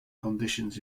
conditions